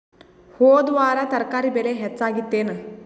ಹೊದ ವಾರ ತರಕಾರಿ ಬೆಲೆ ಹೆಚ್ಚಾಗಿತ್ತೇನ?